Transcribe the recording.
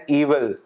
evil